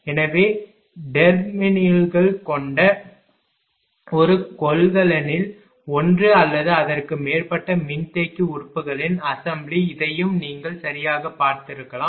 எனவே டெர்மினல்கள் கொண்ட ஒரு கொள்கலனில் ஒன்று அல்லது அதற்கு மேற்பட்ட மின்தேக்கி உறுப்புகளின் அசெம்பிளி இதையும் நீங்கள் சரியாகப் பார்த்திருக்கலாம்